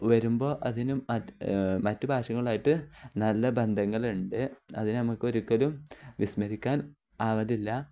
വരുമ്പോൾ അതിനും മറ്റു ഭാഷകളുമായിട്ട് നല്ല ബന്ധങ്ങളുണ്ട് അതിന് നമുക്കൊരിക്കലും വിസ്മരിക്കാൻ ആവതില്ല